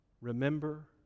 Remember